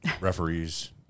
Referees